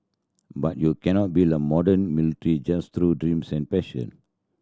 but you cannot build a modern military just through dreams and passion